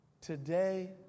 today